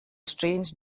strange